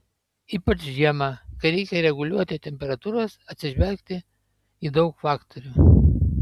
ypač žiemą kai reikia reguliuoti temperatūras atsižvelgti į daug faktorių